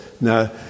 now